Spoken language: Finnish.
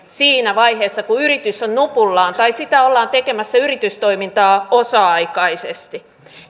siinä vaiheessa kun yritys on nupullaan tai ollaan tekemässä yritystoimintaa osa aikaisesti